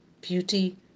beauty